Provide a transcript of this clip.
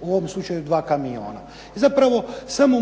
u ovom slučaju dva kamiona. Zapravo, samo